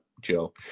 Joe